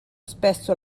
spesso